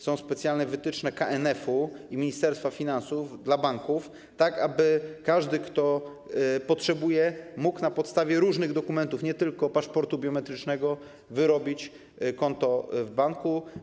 Są specjalne wytyczne KNF i Ministerstwa Finansów dla banków, aby każdy, kto potrzebuje, mógł na podstawie różnych dokumentów - nie tylko paszportu biometrycznego - otworzyć konto w banku.